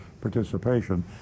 participation